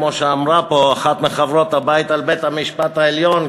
כמו שאמרה פה אחת מחברות הבית על בית-המשפט העליון,